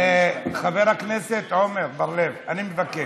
חבר הכנסת עמר בר-לב, אני מבקש,